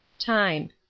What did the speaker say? time